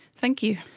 thank you.